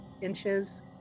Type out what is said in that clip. inches